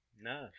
No